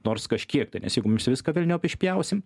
nors kažkiek tai nes jeigu mes viską velniop išpjausim